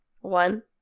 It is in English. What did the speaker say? One